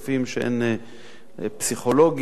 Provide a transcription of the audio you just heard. פסיכולוגים,